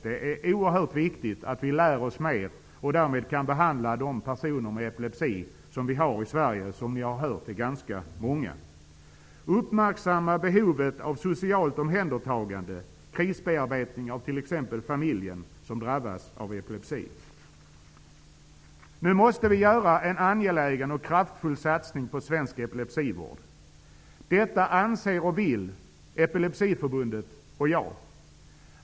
Det är oerhört viktigt att vi lär oss mer och därmed kan behandla de personer med epilepsi som vi har i Sverige och som ni har hört är ganska många. Uppmärksamma behovet av socialt omhändertagande, t.ex. krisbearbetning för familjer som drabbas av epilepsi. Nu måste vi göra en angelägen och kraftfull satsning på svensk epilepsivård. Detta anser och vill Epilepsiförbundet och jag.